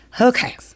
okay